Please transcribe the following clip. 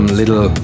little